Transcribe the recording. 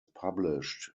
published